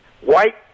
white